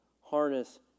harness